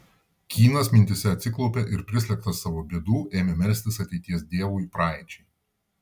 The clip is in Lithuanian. kynas mintyse atsiklaupė ir prislėgtas savo bėdų ėmė melstis ateities dievui praeičiai